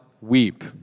weep